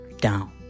down